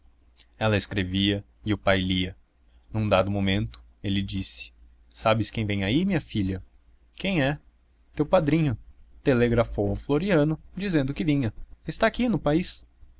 ela escrevia e o pai lia num dado momento ele disse sabes quem vem aí minha filha quem é teu padrinho telegrafou ao floriano dizendo que vinha está aqui no país